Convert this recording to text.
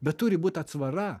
bet turi būt atsvara